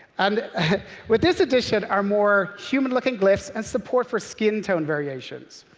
and with this addition are more human-looking glyphs and support for skin tone variations.